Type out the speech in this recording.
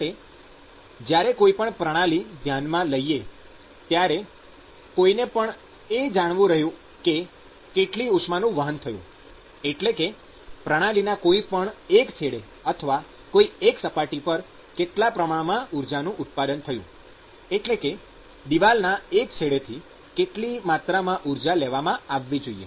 માટે જ્યારે કોઈ પણ પ્રણાલી ધ્યાનમાં લઈએ ત્યારે કોઈને પણ એ જાણવું રહ્યું કે કેટલી ઉષ્માનું વહન થયું એટલે કે પ્રણાલીના કોઈ પણ એક છેડે અથવા કોઈ એક સપાટી પર કેટલા પ્રમાણમાં ઊર્જાનું ઉત્પાદન થયું એટલે કે દીવાલના એક છેડેથી કેટલી માત્રામાં ઊર્જા લેવામાં આવવી જોઈએ